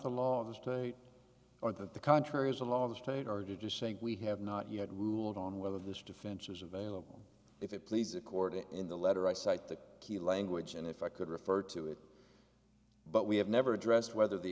the law of the state or that the contrary is a law of the state are just saying we have not yet ruled on whether this defense is available if it please accord it in the letter i cite the key language and if i could refer to it but we have never addressed whether the